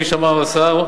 כפי שאמר השר,